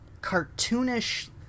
cartoonish